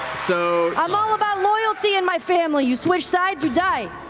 so i'm all about loyalty in my family. you switch sides, you die.